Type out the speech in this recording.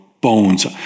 bones